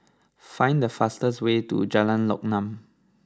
find the fastest way to Jalan Lokam